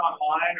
online